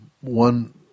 one